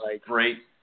Great